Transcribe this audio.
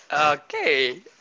Okay